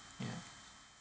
ya